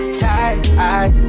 tight